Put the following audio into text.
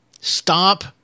stop